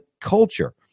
culture